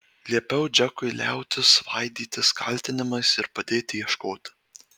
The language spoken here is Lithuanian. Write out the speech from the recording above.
liepiau džekui liautis svaidytis kaltinimais ir padėti ieškoti